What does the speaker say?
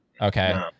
Okay